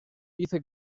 dice